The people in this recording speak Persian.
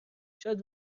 شاید